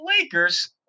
Lakers